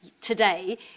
today